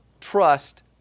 trust